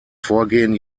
vorgehen